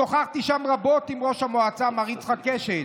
שוחחתי שם רבות עם ראש המועצה מר יצחק קשת,